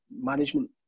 management